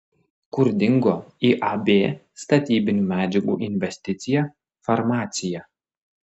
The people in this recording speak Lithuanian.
kur dingo iab statybinių medžiagų investicija farmacija